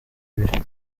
ibiri